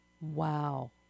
Wow